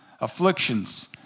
afflictions